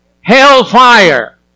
hellfire